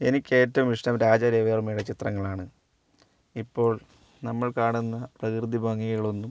എനിക്ക് ഏറ്റവും ഇഷ്ടം രാജാ രവിവർമ്മയുടെ ചിത്രങ്ങളാണ് ഇപ്പോൾ നമ്മൾ കാണുന്ന പ്രകൃതിഭംഗികൾ ഒന്നും